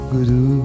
Guru